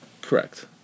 Correct